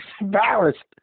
embarrassed